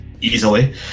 easily